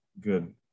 good